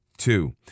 Two